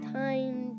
time